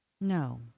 No